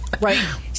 Right